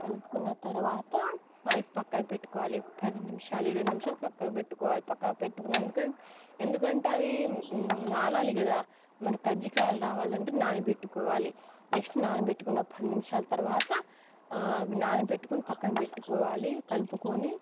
కలుపుకున్న తరువాత అవి పక్కన పెట్టుకోవాలి పది నిమిషాలు ఇరవై నిమిషాలు పక్కన పెట్టుకోవాలి పెట్టుకొని ఎందుకంటే అవి నానాలి కదా మనం కజ్జికాయలు రావాలంటే నానబెట్టుకోవాలి నెక్స్ట్ నానబెట్టుకున్న పది నిమిషాల తరువాత అవి నానబెట్టుకొని పక్కన పెట్టుకోవాలి కలుపుకొని